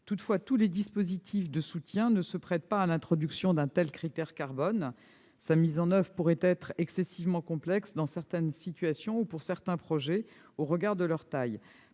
Toutefois, tous les dispositifs de soutien ne se prêtent pas à l'introduction d'un tel critère. Sa mise en oeuvre peut être excessivement complexe dans certaines situations ou pour certains projets au regard de leur taille.